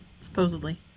supposedly